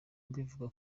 mbivuga